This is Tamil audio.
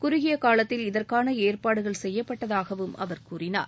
குறுகிய காலத்தில் இதற்கான ஏற்பாடுகள் செய்யப்பட்டதாகவும் அவர் கூறினார்